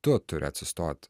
tu turi atsistoti